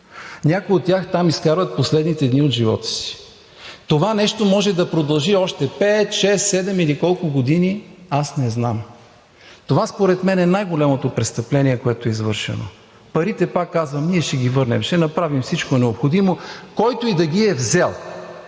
Някои от тях там изкарват последните дни от живота си. Това нещо може да продължи още пет, шест, седем или колко години, аз не знам? Това според мен е най-голямото престъпление, което е извършено. Парите, пак казвам, ние ще ги върнем, ще направим всичко необходимо, който и да ги е взел.